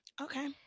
Okay